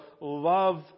love